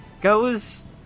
goes